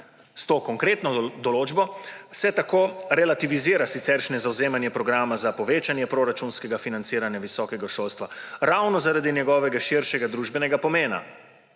S to konkretno določbo se tako relativizira siceršnje zavzemanje programa za povečanje proračunskega financiranja visokega šolstva ravno zaradi njegove širšega družbenega pomena.